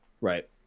Right